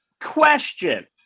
question